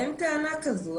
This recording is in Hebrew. אין טענה כזו.